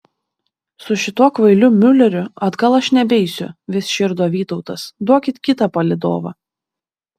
su šituo kvailiu miuleriu atgal aš nebeisiu vis širdo vytautas duokit kitą palydovą